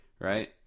Right